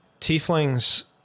tieflings